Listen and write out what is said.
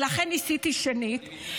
ולכן ניסיתי שנית,